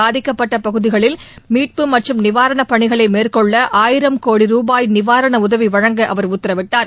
பாதிக்கப்பட்ட பகுதிகளில் மீட்பு மற்றும் நிவாரணப் பணிகளை மேற்கொள்ள ஆயிரம் கோடி ரூபாய் கூடுதல் நிவாரண உதவி வழங்க அவர் உத்தரவிட்டார்